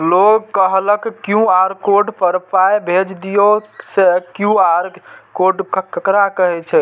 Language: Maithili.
लोग कहलक क्यू.आर कोड पर पाय भेज दियौ से क्यू.आर कोड ककरा कहै छै?